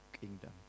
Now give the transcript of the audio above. kingdom